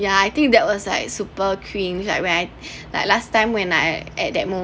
yeah I think that was like super cringe like when I like last time when I at that moment